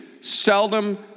seldom